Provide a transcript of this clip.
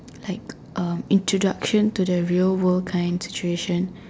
like um introduction to the real world kind situation